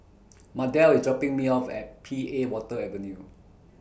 Mardell IS dropping Me off At P A Water Avenue